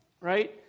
Right